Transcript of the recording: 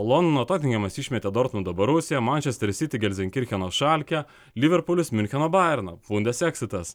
londono totenhamas išmetė dortmundo borusiją mančester sity gelzenkircheno schalkę liverpulis miuncheno bajerną bundeseksitas